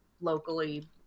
locally